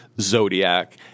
Zodiac